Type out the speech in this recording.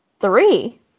Three